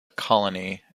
colony